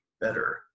better